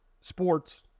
sports